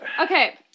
Okay